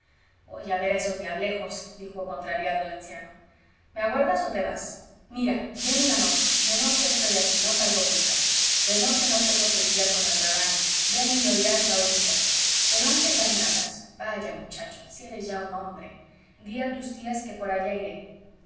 voy a ver a esos diablejos dijo contrariado el anciano me aguardas o te vas mira ven una noche de noche estoy aquí no salgo nunca de noche no tengo que lidiar con el rebaño ven y oirás la odita pero antes dame un abrazo vaya muchacho si eres ya un hombre di a tus tías que por allá iré